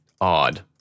odd